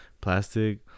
plastic